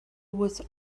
with